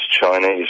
Chinese